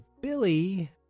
Billy